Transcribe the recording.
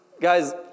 Guys